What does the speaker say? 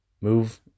Move